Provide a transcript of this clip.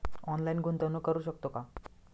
Online गुंतवणूक करू शकतो का?